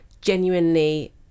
genuinely